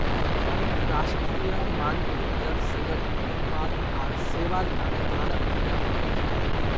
अंतरराष्ट्रीय मानकीकरण संगठन उत्पाद आर सेवार तने मानक प्रदान कर छेक